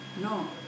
No